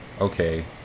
okay